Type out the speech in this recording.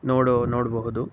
ನೋಡು ನೋಡಬಹುದು